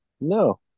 No